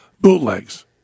bootlegs